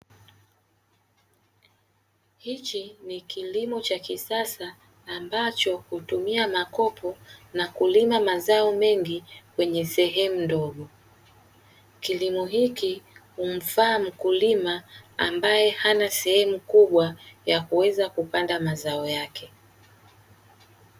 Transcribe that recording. Hichi ni kilimo cha kisasa ambacho hutumia makopo na kulima mazao mengi kwenye sehemu ndogo, kilimo hiki humfaa mkulima ambaye hana sehemu kubwa ya kuweza kupanda mazao yake.